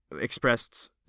expressed